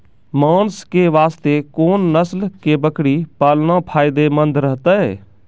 मांस के वास्ते कोंन नस्ल के बकरी पालना फायदे मंद रहतै?